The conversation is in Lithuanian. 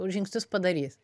žingsnius padarys